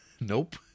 Nope